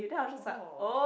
oh